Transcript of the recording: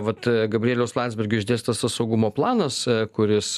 vat gabrieliaus landsbergio išdėstytas tas saugumo planas kuris